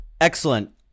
Excellent